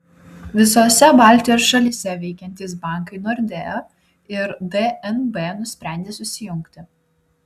visose baltijos šalyse veikiantys bankai nordea ir dnb nusprendė susijungti